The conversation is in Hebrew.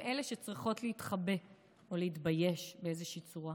שצריכות להתחבא או להתבייש באיזושהי צורה.